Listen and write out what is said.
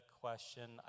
question